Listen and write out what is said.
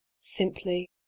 simply